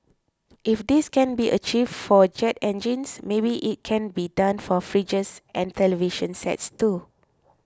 if this can be achieved for jet engines maybe it can be done for fridges and television sets too